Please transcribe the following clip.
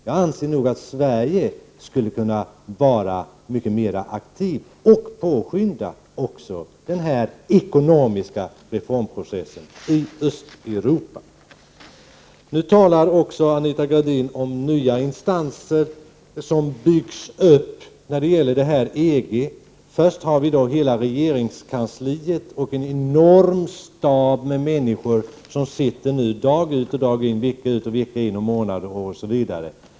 Jag anser nog att Sverige skulle kunna vara mycket mer aktivt och påskynda processen när det gäller ekonomiska reformer i Östeuropa. Anita Gradin talade också om de nya instanser som byggs upp när det gäller samarbetet med EG. Först och främst finns hela regeringskansliet och den enorma stab av människor som sitter dag ut och dag in, vecka ut och vecka in.